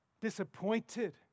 disappointed